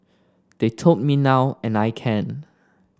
they told me now and I can